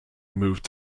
moved